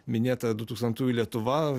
minėta du tūkstantųjų lietuva